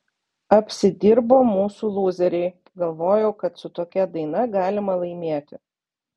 apsidirbo mūsų lūzeriai galvojo kad su tokia daina galima laimėti